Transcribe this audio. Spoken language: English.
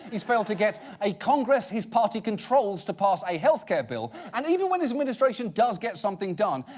he's failed to get a congress his party controls to pass a health care bill, and even when his administration does get something done,